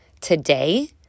Today